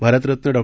Bharat Ratna Dr